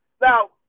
Now